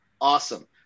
Awesome